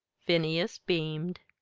phineas beamed.